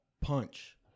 punch